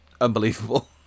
unbelievable